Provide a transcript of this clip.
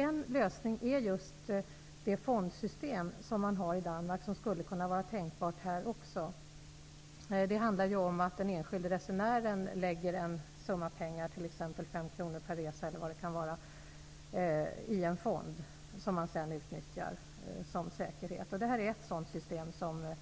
En lösning är just det fondsystem som man har i Danmark och som skulle kunna kunna vara tänkbart även här. Det handlar om att den enskilde resenären lägger en summa pengar, t.ex. 5 kr per resa, i en fond som sedan utnyttjas som säkerhet. Det är ett system som